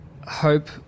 hope